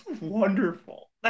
wonderful